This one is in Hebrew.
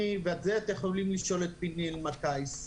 וזה אתם יכולים לשאול את פיני אלמקייס,